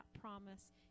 promise